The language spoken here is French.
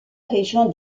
région